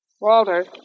Walter